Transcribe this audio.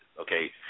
okay